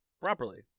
properly